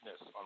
on